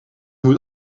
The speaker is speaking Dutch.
moet